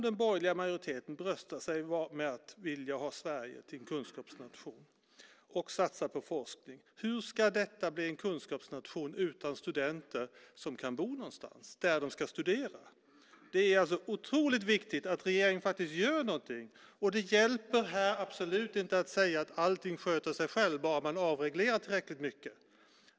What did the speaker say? Den borgerliga majoriteten bröstar sig och vill att Sverige ska vara en kunskapsnation och vill satsa på forskning. Hur ska Sverige kunna bli en kunskapsnation utan studenter som har någonstans att bo på de orter där de ska studera? Det är otroligt viktigt att regeringen gör någonting. Det hjälper absolut inte att säga att allting sköter sig själv bara man avreglerar tillräckligt mycket.